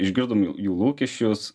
išgirdom jų jų lūkesčius